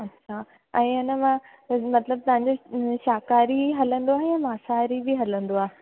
अच्छा ऐं हिन सां मतिलबु तव्हांजे शाकाहारी हलंदो आहे या मासाहारी बि हलंदो आहे